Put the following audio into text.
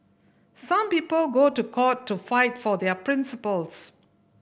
some people go to court to fight for their principles